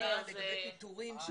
לגבי פיטורין של